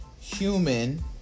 human